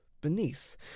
beneath